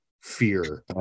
fear